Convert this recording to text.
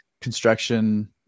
construction